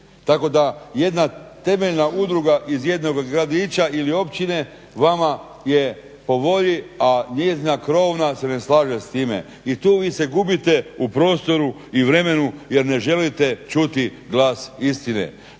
tako da jedna temelja udruga iz jednog gradića ili općine vama je po volji ali njezina krovna se ne slaže s time i tu vi se gubite u prostoru i vremenu jer ne želite čuti glas isitne.